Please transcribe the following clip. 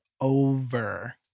over